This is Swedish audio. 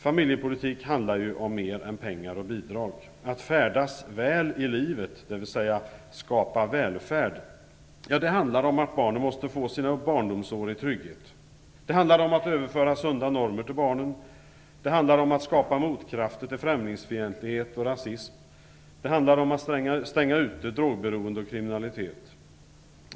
Familjepolitik handlar om mer än pengar och bidrag. Att färdas väl i livet, dvs. skapa välfärd, handlar om att barnen måste få sina barndomsår i trygghet. Det handlar om att överföra sunda normer till barnen. Det handlar om att skapa motkrafter till främlingsfientlighet och rasism. Det handlar om att stänga ute drogberoende och kriminalitet.